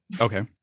okay